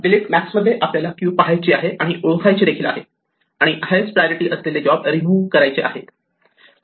delete max मध्ये आपल्याला queue पाहायची आहे आणि ओळखायची आहे आणि हायेस्ट प्रायोरिटी असलेले जॉब रिमूव्ह करायचे आहेत